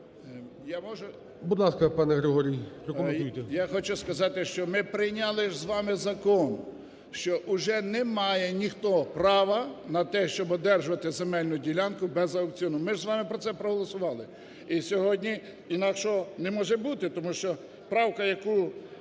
Я хочу сказати, що ми прийняли з вами закон, що вже не має ніхто права на те, щоб одержувати земельну ділянку без аукціону, ми з вами про це проголосували. І сьогодні інакшого не може бути, тому що правка, яку